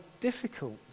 difficult